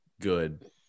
good